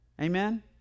Amen